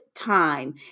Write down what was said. time